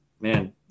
man